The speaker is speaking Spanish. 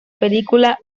película